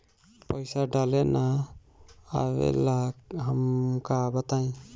पईसा डाले ना आवेला हमका बताई?